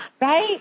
right